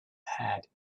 had